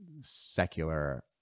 secular